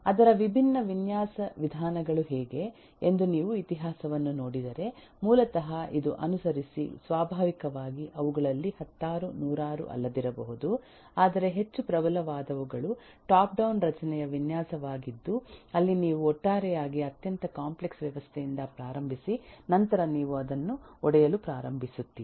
ಅದರ ವಿಭಿನ್ನ ವಿನ್ಯಾಸ ವಿಧಾನಗಳು ಹೇಗೆ ಎಂದು ನೀವು ಇತಿಹಾಸವನ್ನು ನೋಡಿದರೆ ಮೂಲತಃ ಇದು ಅನುಸರಿಸಿ ಸ್ವಾಭಾವಿಕವಾಗಿ ಅವುಗಳಲ್ಲಿ ಹತ್ತಾರು ನೂರಾರು ಅಲ್ಲದಿರಬಹುದು ಆದರೆ ಹೆಚ್ಚು ಪ್ರಬಲವಾದವುಗಳು ಟಾಪ್ ಡೌನ್ ರಚನೆಯ ವಿನ್ಯಾಸವಾಗಿದ್ದು ಅಲ್ಲಿ ನೀವು ಒಟ್ಟಾರೆಯಾಗಿ ಅತ್ಯಂತ ಕಾಂಪ್ಲೆಕ್ಸ್ ವ್ಯವಸ್ಥೆಯಿಂದ ಪ್ರಾರಂಭಿಸಿ ನಂತರ ನೀವು ಅದನ್ನು ಒಡೆಯಲು ಪ್ರಾರಂಭಿಸುತ್ತೀರಿ